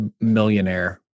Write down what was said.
millionaire